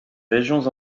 régions